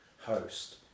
host